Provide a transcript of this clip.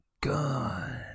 Gun